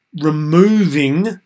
removing